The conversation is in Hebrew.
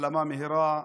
החלמה מהירה.